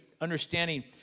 understanding